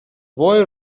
boy